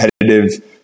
competitive